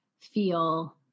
feel